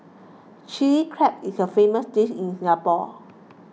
Chilli Crab is a famous dish in Singapore